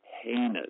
heinous